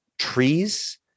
trees